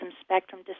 spectrum